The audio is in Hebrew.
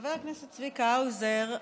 חבר הכנסת צביקה האוזר,